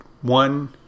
One